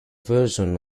version